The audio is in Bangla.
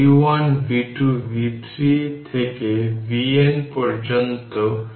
সুতরাং এই current i i1 i2 i3 থেকে iN পর্যন্ত এবংi1 C1 dvdt কারণ C2 প্যারালাল ভোল্টেজ ডাউন